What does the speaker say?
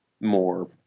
more